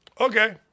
Okay